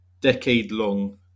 decade-long